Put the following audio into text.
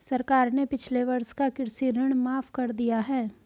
सरकार ने पिछले वर्ष का कृषि ऋण माफ़ कर दिया है